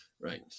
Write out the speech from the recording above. right